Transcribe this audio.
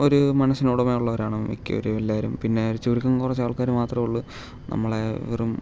ഒരു മനസ്സിനുടമയുള്ളവരാണ് മിക്കവരും എല്ലാവരും പിന്നെ ഒരു ചുരുക്കം കുറച്ച് ആൾക്കാർ മാത്രമേ ഉള്ളൂ നമ്മളെ വെറും